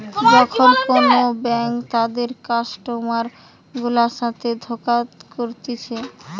যখন কোন ব্যাঙ্ক তাদের কাস্টমার গুলার সাথে ধোকা করতিছে